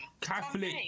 Catholic